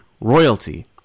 royalty